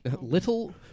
Little